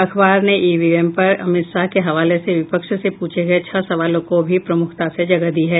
अखबार ने ईवीएम पर अमित शाह के हवाले से विपक्ष से पूछे गये छह सवालों को भी प्रमुखता से जगह दी है